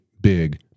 big